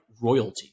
royalty